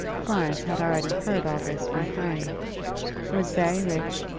florence had already heard all this from harry was very rich,